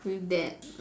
with that